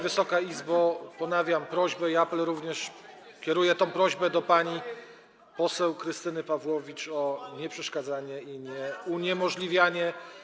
Wysoka Izbo, ponawiam prośbę i apel, również kieruję tę prośbę do pani poseł Krystyny Pawłowicz, o nieprzeszkadzanie i nieuniemożliwianie.